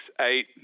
eight